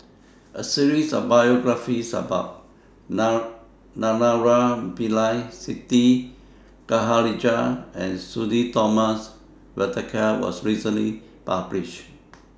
A series of biographies about Naraina Pillai Siti Khalijah and Sudhir Thomas Vadaketh was recently published